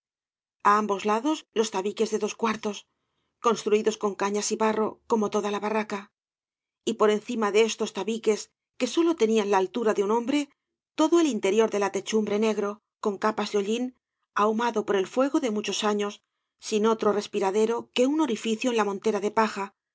a ambos lados los tabiques de dos cuartos construidos con cañas y barro como toda la barraca y por encima de estos tabiques que sólo tenían la altura de un hombre todo el interior de ja techumbre negro con capas de hollín ahumado por el fuego de muchos años sin otro respiradero que un orificio en la montera de paja